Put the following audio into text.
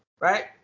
right